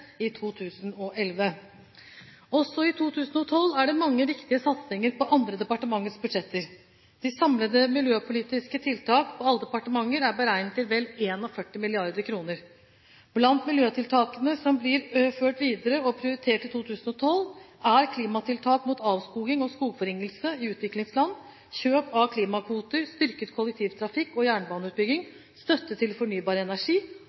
i 2011. Også i 2012 er det mange viktige satsinger på andre departementers budsjetter. De samlede miljøpolitiske tiltak på alle departementer er beregnet til vel 41 mrd. kr. Blant miljøtiltakene som blir ført videre og prioritert i 2012, er klimatiltak mot avskoging og skogforringelse i utviklingsland, kjøp av klimakvoter, styrket kollektivtrafikk og jernbaneutbygging, støtte til fornybar energi